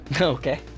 okay